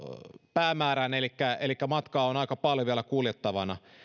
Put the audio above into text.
päämäärään elikkä elikkä matkaa on aika paljon vielä kuljettavana